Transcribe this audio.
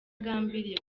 yagambiriye